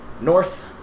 north